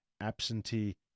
absentee